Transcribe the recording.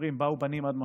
אומרים: באו בנים עד משבר,